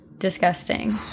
disgusting